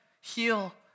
heal